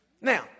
Now